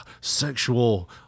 sexual